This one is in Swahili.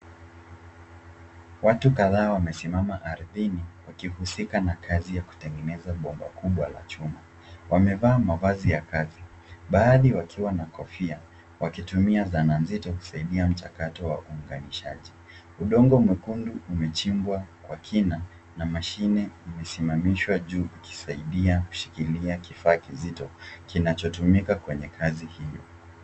Watu kadhaa wamesimama ardhini wakihusika na kazi ya kutengeneza bomba kubwa la chuma. Wamevaa mavazi ya kazi, baadhi wakiwa na kofia wakitumia zana nzito kusaidia mchakato wa uunganishaji. Udongo mwekundu umechimbwa kwa kina na mashine imesimamishwa juu ikisaidia kushikilia kifaa kizito kinachotumika kwenye kazi hiyo.